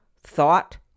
thought